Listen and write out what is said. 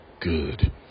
good